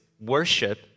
Worship